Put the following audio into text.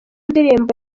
ndirimbo